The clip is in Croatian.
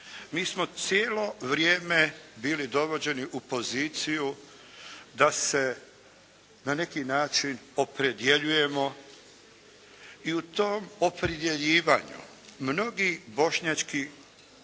Mi smo cijelo vrijeme bili dovođeni u poziciju da se na neki način opredjeljujemo i u tom opredjeljivanju mnogi Bošnjački